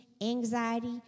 anxiety